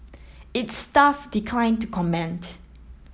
its staff declined to comment